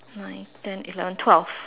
nine ten eleven twelve